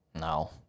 No